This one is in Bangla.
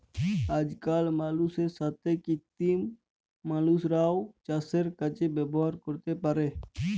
আজকাল মালুষের সাথ কৃত্রিম মালুষরাও চাসের কাজে সাহায্য ক্যরতে পারে